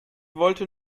wollte